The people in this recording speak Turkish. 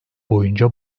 boyunca